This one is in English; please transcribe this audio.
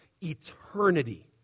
eternity